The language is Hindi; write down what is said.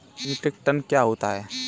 मीट्रिक टन क्या होता है?